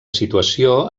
situació